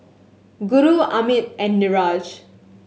Guru Amit and Niraj